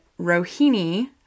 Rohini